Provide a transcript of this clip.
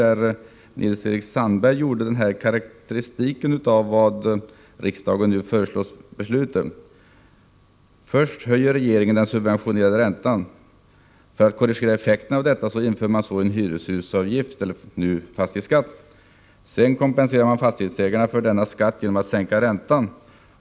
Han karakteriserar på följande sätt det förslag som riksdagen nu står i begrepp att fatta beslut om: ”Först höjer regeringen den subventionerade räntan. För att korrigera effekterna av detta inför man så en hyreshusavgift . Sedan kompenserar man fastighetsägarna för denna skatt genom att sänka räntan.